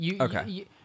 Okay